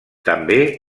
també